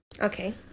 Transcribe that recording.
Okay